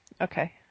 Okay